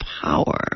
power